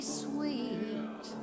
sweet